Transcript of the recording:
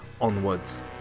onwards